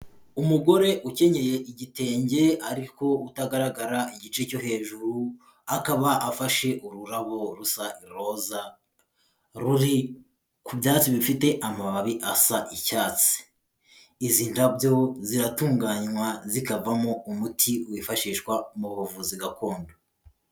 Umugore ukenyeye igitenge ariko utagaragara igice cyo hejuru, akaba afashe ururabo rusa iroza ruri ku byatsi bifite amababi asa icyatsi, izi ndabyo ziratunganywa zikavamo umuti wifashishwa mu buvuzi gakondo.